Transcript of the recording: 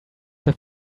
have